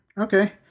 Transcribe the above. Okay